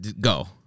Go